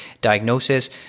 diagnosis